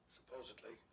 Supposedly